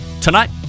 tonight